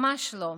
ממש לא.